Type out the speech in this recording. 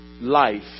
life